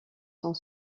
sont